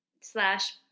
slash